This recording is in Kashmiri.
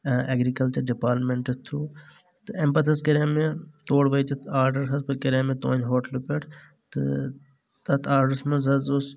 اٮ۪گرکلچر ڈپاٹیٚمنٹ تھروٗ تہٕ امہِ پتہٕ حظ کریاو مےٚ تور وٲتتھ آرڈر حظ بیٚیہِ کریاو مےٚ تُہنٛد ہوٹلہٕ پٮ۪ٹھ تہٕ تتھ آرڈرس منٛز حظ اوس